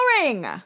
boring